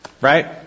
Right